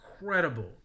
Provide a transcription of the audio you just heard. incredible